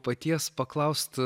paties paklaust